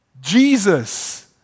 Jesus